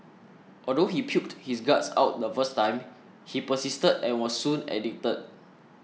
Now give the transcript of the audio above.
although he puked his guts out the first time he persisted and was soon addicted